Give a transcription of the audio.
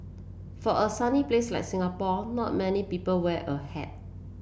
for a sunny place like Singapore not many people wear a hat